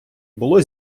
було